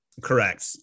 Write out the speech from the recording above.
Correct